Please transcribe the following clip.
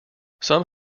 some